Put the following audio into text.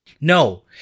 No